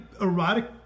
erotic